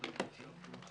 הישיבה ננעלה בשעה